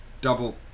double